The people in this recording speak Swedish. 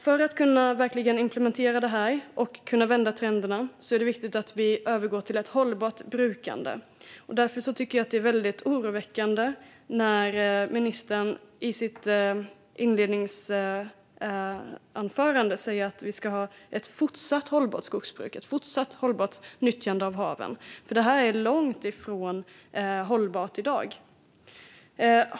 För att kunna verkligen implementera det här och vända trenderna är det viktigt att vi övergår till ett hållbart brukande. Därför tycker jag att det är väldigt oroväckande när ministern i sitt inledningsanförande säger att vi ska ha ett fortsatt hållbart skogsbruk och ett fortsatt hållbart nyttjande av haven, för det är ju långt ifrån hållbart i dag.